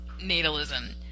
natalism